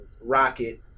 Rocket